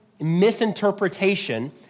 misinterpretation